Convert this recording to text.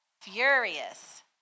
furious